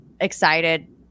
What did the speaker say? excited